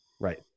Right